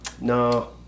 No